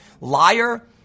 liar